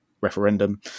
referendum